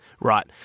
Right